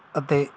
ਅਤੇ